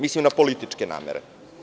Mislim na političke namere.